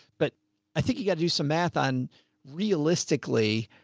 but i think you've got to do some math on realistically.